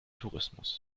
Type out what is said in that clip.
tourismus